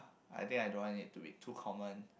I think I don't want it to be too common